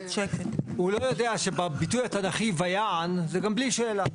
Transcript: הוא לא יודע שבביטוי התנ"כי ויען, זה גם בלי שאלה.